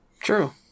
True